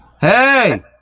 Hey